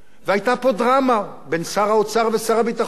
והיתה פה דרמה בין שר האוצר ושר הביטחון,